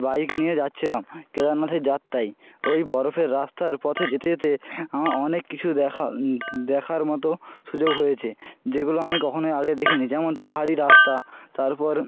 bike নিয়ে যাচ্ছিলাম কেদারনাথের যাত্রায় ওই বরফের রাস্তার পথে যেতে যেতে আমার অনেক কিছু দেখা দেখার মতো সুযোগ হয়েচে যেগুলো আমি কখনোই আগে দেখিনি যেমন পাহাড়ি রাস্তা তারপর